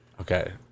Okay